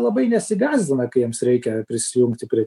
labai nesigąsdina kai jiems reikia prisijungti prie